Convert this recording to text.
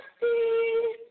see